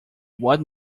what